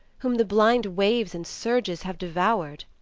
whom the blind waves and surges have devoured.